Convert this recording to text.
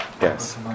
yes